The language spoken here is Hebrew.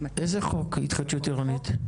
איזה חוק התחדשות עירונית?